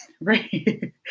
Right